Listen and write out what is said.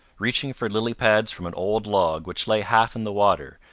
reaching for lily pads from an old log which lay half in the water,